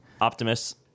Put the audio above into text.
Optimus